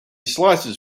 slices